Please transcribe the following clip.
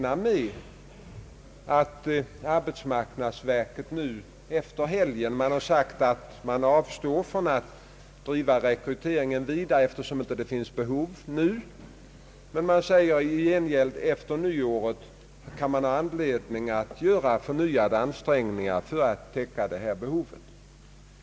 Arbetsmarknadsverket har sagt att man avstår från att driva rekryteringen vidare eftersom det inte finns behov nu, men att man i gengäld efter nyåret kan ha anledning att göra förnyade ansträngningar för att täcka behovet.